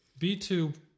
B2